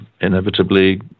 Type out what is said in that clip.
inevitably